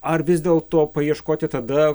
ar vis dėl to paieškoti tada